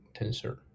tensor